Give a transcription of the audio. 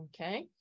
okay